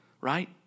right